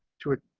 to it.